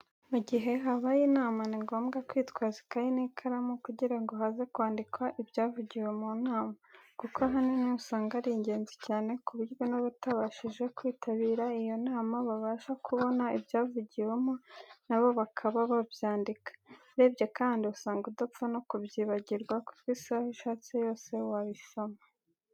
Mu gihe habaye inama ni ngombwa kwitwaza ikayi n'ikaramu kugira ngo haze kwandikwa ibyavugiwe mu nama, kuko ahanini usanga ari ingenzi cyane ku buryo n'abatabashije kwitabira iyo nama babasha kubona ibyavugiwemo na bo bakaba babyandika. Urebye kandi usanga udapfa no kubyibagirwa kuko isaha ushatse yose wabisoma.